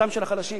והנה עוד דוגמה.